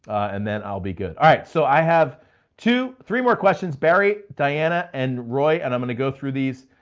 and then i'll be good. all right, so i have two, three more questions. barry, diana and roy. and i'm gonna go through these